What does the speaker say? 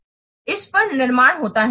इस पर निर्माण होता है